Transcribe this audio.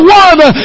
one